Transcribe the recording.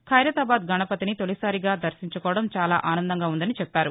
ఖైరతాబాద్ గణపతిని తొలిసారిగా దర్బించుకోవడం చాలా ఆనందంగా ఉందని చెప్పారు